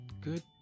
good